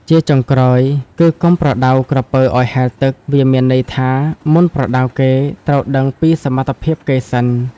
ជាចុងក្រោយគឹ កុំប្រដៅក្រពើឪ្យហែលទឹក វាមានន័យថា មុនប្រដៅគេ ត្រូវដឹងពីសមត្ថភាពគេសិន ។